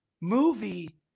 movie